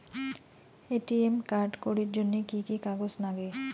ATM card করির জন্যে কি কি কাগজ নাগে?